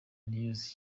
news